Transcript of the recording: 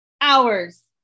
hours